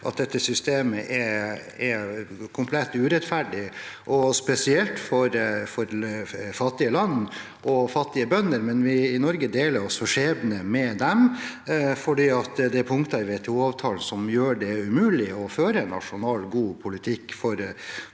at dette systemet er komplett urettferdig, spesielt for fattige land og fattige bønder, men vi i Norge deler også skjebne med dem fordi det er punkter i WTO-avtalen som gjør det umulig å føre en nasjonalt god politikk for